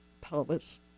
pelvis